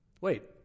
Wait